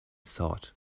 thought